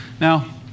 Now